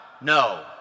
No